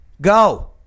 Go